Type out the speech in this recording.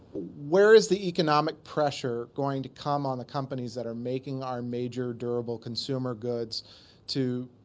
where is the economic pressure going to come on the companies that are making our major durable consumer goods to